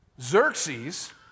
Xerxes